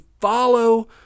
follow